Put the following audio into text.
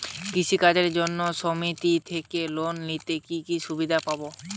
কৃষি কাজের জন্য সুমেতি থেকে লোন নিলে কি কি সুবিধা হবে?